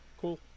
Cool